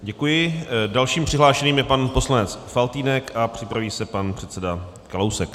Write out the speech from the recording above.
Děkuji, dalším přihlášeným je pan poslanec Faltýnek a připraví se pan předseda Kalousek.